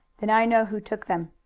then i know who took them.